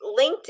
LinkedIn